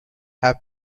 have